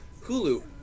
Hulu